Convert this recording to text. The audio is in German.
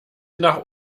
nach